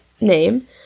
name